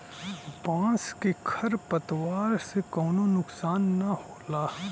बांस के खर पतवार से कउनो नुकसान ना होला